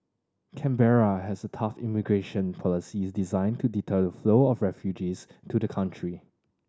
Canberra has a tough immigration policies designed to deter a flow of refugees to the country